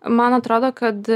man atrodo kad